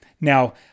Now